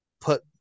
put